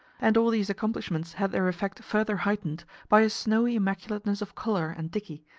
and all these accomplishments had their effect further heightened by a snowy immaculateness of collar and dickey,